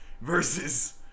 Versus